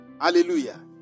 Hallelujah